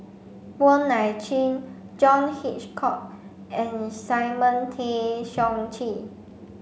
Wong Nai Chin John Hitchcock and Simon Tay Seong Chee